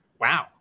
Wow